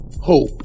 Hope